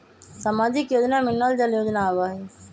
सामाजिक योजना में नल जल योजना आवहई?